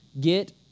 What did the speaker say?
get